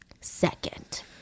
Second